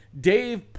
Dave